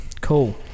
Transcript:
Cool